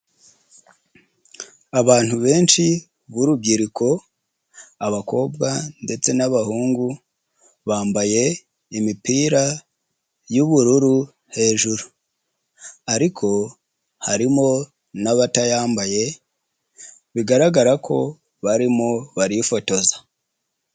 Abantu benshi b'urubyiruko abakobwa ndetse n'abahungu bambaye imipira y'ubururu hejuru ariko harimo n'abatayambaye bigaragara ko barimo barifotoza.